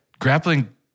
grappling